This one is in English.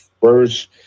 first